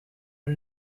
did